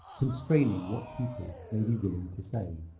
constraining what people may be willing to say.